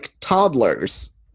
toddlers